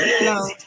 No